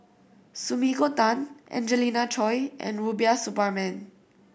Sumiko Tan Angelina Choy and Rubiah Suparman